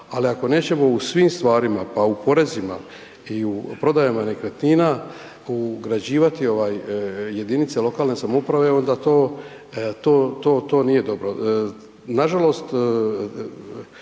Ali ako nećemo u svim stvarima pa u porezima i u prodajama nekretnina ugrađivati jedinice lokalne samouprave onda to nije dobro. Nažalost